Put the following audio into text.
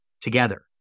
together